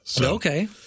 Okay